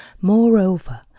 Moreover